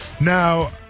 Now